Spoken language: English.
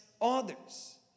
others